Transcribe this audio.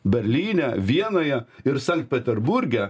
berlyne vienoje ir sankt peterburge